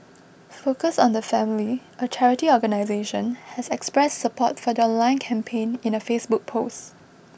focus on the family a charity organisation has expressed support for the online campaign in a Facebook post